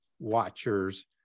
watchers